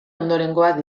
ondorengoak